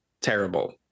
terrible